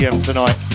tonight